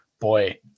boy